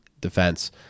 defense